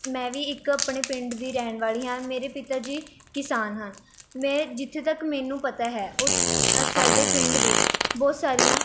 ਮੈਂ ਵੀ ਇੱਕ ਆਪਣੇ ਪਿੰਡ ਦੀ ਰਹਿਣ ਵਾਲੀ ਹਾਂ ਮੇਰੇ ਪਿਤਾ ਜੀ ਕਿਸਾਨ ਹਨ ਮੈਂ ਜਿੱਥੇ ਤੱਕ ਮੈਨੂੰ ਪਤਾ ਹੈ ਉਹ ਸਾਡੇ ਪਿੰਡ ਵਿੱਚ ਬਹੁਤ ਸਾਰੀਆਂ